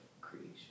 creation